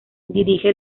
dirige